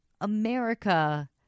America